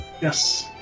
Yes